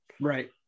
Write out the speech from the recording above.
Right